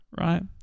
right